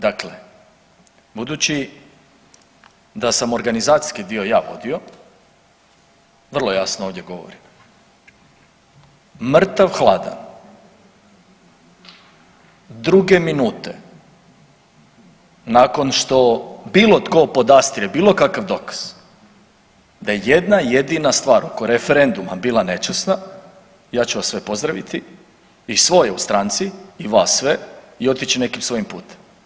Dakle, budući da sam organizacijski dio ja vodio vrlo jasno ovdje govorim, mrtav hladan, druge minute nakon što bilo tko podastrije bilo kakav dokaz da je jedna jedina stvar oko referenduma bila nečasna ja ću vas sve pozdraviti i svoje u stranci i vas sve i otići nekim svojim putem.